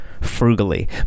frugally